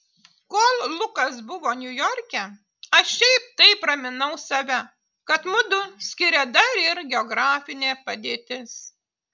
kol lukas buvo niujorke aš šiaip taip raminau save kad mudu skiria dar ir geografinė padėtis